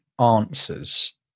answers